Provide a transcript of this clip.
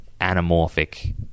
anamorphic